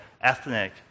ethnic